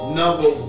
number